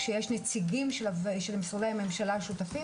כשיש נציגים של משרדי הממשלה השותפים